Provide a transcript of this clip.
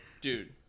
dude